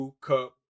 Cup